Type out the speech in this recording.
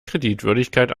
kreditwürdigkeit